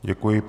Děkuji.